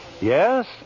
Yes